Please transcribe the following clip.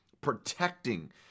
protecting